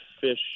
fish